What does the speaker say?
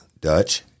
Dutch